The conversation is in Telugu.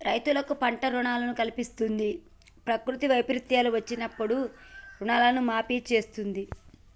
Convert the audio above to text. రైతులకు పంట రుణాలను కల్పిస్తంది, ప్రకృతి వైపరీత్యాలు వచ్చినప్పుడు రుణాలను మాఫీ చేస్తుంది